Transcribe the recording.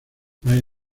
brian